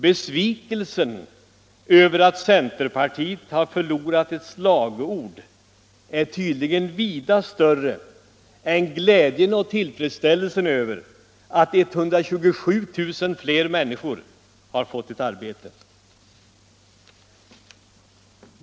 Besvikelsen över att centerpartiet förlorat ett slagord är tydligen större än glädjen och tillfredsställelsen över att 127 000 fler människor fått förvärvsarbete.